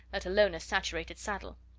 let alone a saturated saddle.